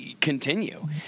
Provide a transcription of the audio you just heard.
continue